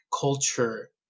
culture